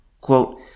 quote